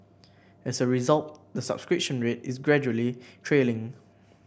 as a result the subscription rate is gradually trailing